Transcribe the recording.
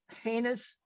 heinous